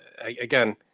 again